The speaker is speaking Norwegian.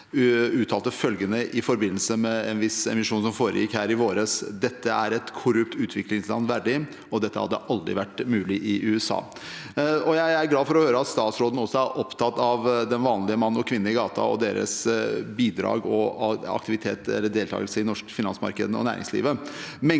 uttalte følgende i forbindelse med en viss emisjon som foregikk her i våres: Dette er et korrupt utviklingsland verdig, og dette hadde aldri vært mulig i USA. Jeg er glad for å høre at statsråden også er opptatt av den vanlige mann og kvinne i gata og deres bidrag til og deltakelse i det norske finansmarkedet og næringslivet.